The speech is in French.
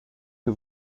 que